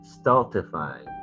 stultifying